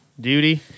duty